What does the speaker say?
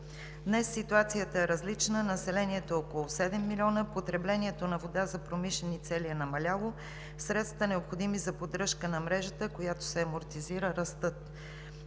Днес ситуацията е различна. Населението е около седем милиона, потреблението на вода за промишлени цели е намаляло, средствата, необходими за поддръжка на мрежата, която се амортизира, растат.